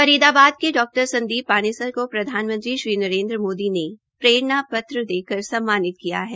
फरीदाबाद के डॉक्टर संदीप पानेसर को प्रधानमंत्री श्री नरेंद्र मोदी ने प्रेरणा पत्र देखकर सम्मानित किया है